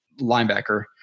linebacker